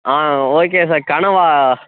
ஆ okay sir கனவா